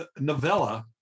novella